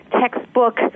textbook